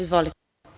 Izvolite.